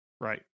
Right